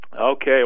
Okay